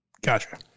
Gotcha